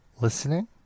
listening